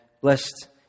blessed